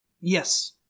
Yes